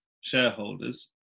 shareholders